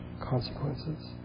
consequences